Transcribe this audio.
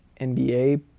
NBA